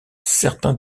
certains